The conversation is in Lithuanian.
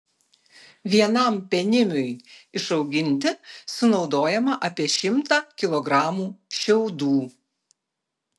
vienam penimiui išauginti sunaudojama apie šimtą kilogramų šiaudų